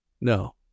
No